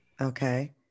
Okay